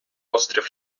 острів